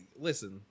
Listen